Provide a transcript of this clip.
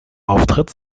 auftritt